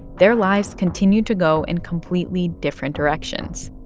their lives continued to go in completely different directions.